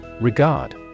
Regard